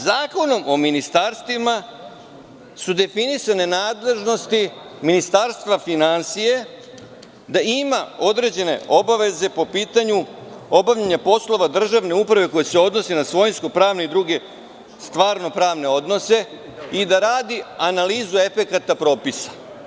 Zakonom o ministarstvima su definisane nadležnosti Ministarstva finansija, da ima određene obaveze po pitanju obavljanja poslova državne uprave koji se odnose na svojinsko-pravne i druge stvarno-pravne odnose i da radi analizu efekata propisa.